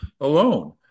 alone